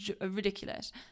Ridiculous